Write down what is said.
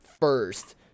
first